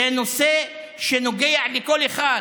זה נושא שנוגע לכל אחד.